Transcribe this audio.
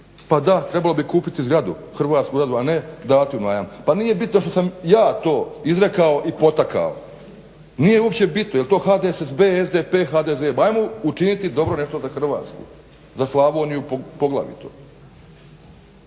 pa da. Trebalo bi kupiti zgradu, hrvatsku zgradu a ne davati u najam. Pa nije bitno što sam ja to izrekao i potakao. Nije uopće bitno je li to HDSSB, SDP, HDZ. Hajmo učiniti dobro nešto za Hrvatsku, za Slavoniju poglavito.